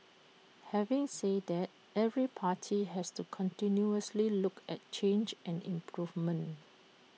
having said that every party has to continuously look at change and improvement